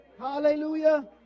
Hallelujah